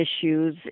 issues